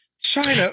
China